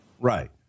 Right